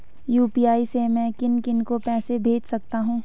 UPI से मैं किन किन को पैसे भेज सकता हूँ?